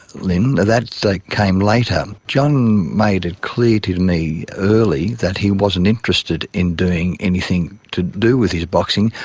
lynne, that like came later. john made it clear to to me early that he wasn't interested in doing anything to do with his boxing,